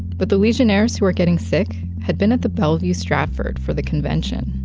but the legionnaires who were getting sick had been at the bellevue stratford for the convention.